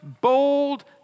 bold